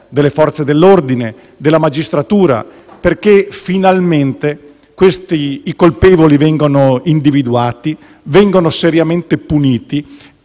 delle Forze dell'ordine e della magistratura perché finalmente i colpevoli vengano individuati e seriamente puniti